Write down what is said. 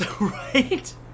Right